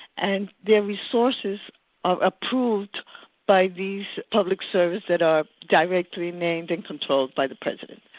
and their resources are approved by these public servants that are directly named and controlled by the president.